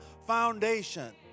foundation